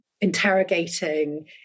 interrogating